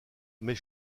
mes